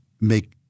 make